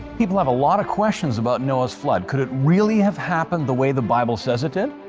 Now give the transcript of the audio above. people have a lot of questions about noah's flood could it really have happened the way the bible says it did?